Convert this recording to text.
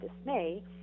dismay